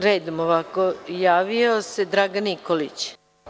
Redom, javio se Dragan Nikolić.